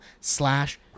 slash